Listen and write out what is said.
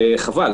וחבל.